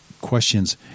questions